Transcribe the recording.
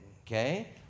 okay